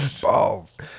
Balls